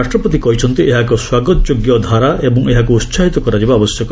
ରାଷ୍ଟ୍ରପତି କହିଛନ୍ତି ଏହା ଏକ ସ୍ୱାଗତଯୋଗ୍ୟ ଧାରା ଏବଂ ଏହାକୁ ଉତ୍କାହିତ କରାଯିବା ଆବଶ୍ୟକ